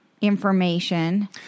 information